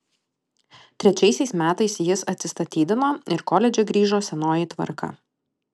trečiaisiais metais jis atsistatydino ir koledže grįžo senoji tvarka